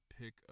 pick